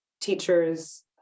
teacher's